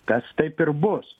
kas taip ir bus